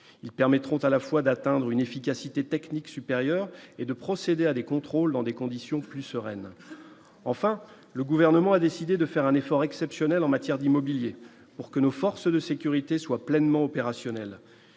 ils permettront à la fois d'atteindre une efficacité technique supérieure et de procéder à des contrôles dans des conditions plus sereine, enfin, le gouvernement a décidé de faire un effort exceptionnel en matière d'immobilier pour que nos forces de sécurité soient pleinement opérationnel,